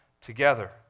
together